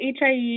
HIE